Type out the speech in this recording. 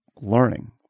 learning